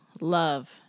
love